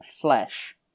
flesh